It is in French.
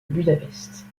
budapest